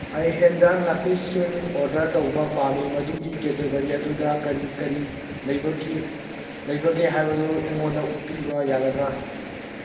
ꯑꯩ ꯌꯦꯟꯖꯥꯡ ꯅꯥꯄꯤꯁꯤꯡ ꯑꯣꯔꯗꯔ ꯇꯧꯕ ꯄꯥꯝꯏ ꯃꯗꯨꯒꯤ ꯀꯦꯇꯦꯒꯣꯔꯤ ꯑꯗꯨꯗ ꯀꯔꯤ ꯀꯔꯤ ꯂꯩꯕꯒꯦ ꯍꯥꯏꯕꯗꯨ ꯑꯩꯉꯣꯟꯗ ꯎꯠꯄꯤꯕ ꯌꯥꯒꯗ꯭ꯔꯥ